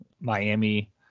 Miami